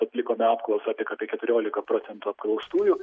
atlikome apklausą tik apie keturiolika procentų apklaustųjų